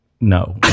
no